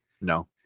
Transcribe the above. No